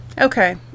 Okay